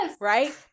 right